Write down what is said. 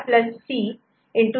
B' C